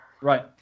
right